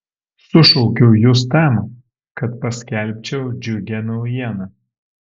sušaukiau jus tam kad paskelbčiau džiugią naujieną